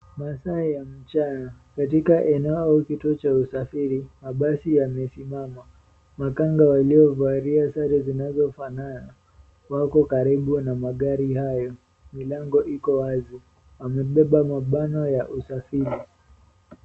Masaa ya mchana. Katika eneo ama kituo cha usafiri, mabasi yamesimama. Makanga waliovalia sare zinazofanana wako karibu na magari hayo. Milango iko wazi. Wamebeba mabano ya usafiri.